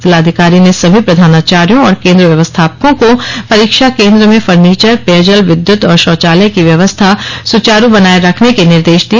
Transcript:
जिलाधिकारी ने सभी प्रधानाचार्यो और केन्द्र व्यवस्थापकों को परीक्षा केन्द्र में फर्नीचर पेयजल विद्युत और शौचालय की व्यवस्था सुचारू बनाये रखने के निर्देश दिए